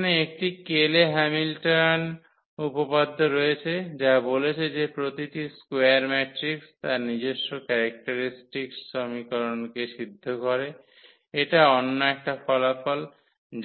এখানে একটি Cayley Hamilton উপপাদ্য রয়েছে যা বলেছে যে প্রতিটি স্কোয়ার ম্যাট্রিক্স তার নিজস্ব ক্যারেক্টারিস্টিক্স সমীকরণকে সিদ্ধ করে এটা অন্য একটা ফলাফল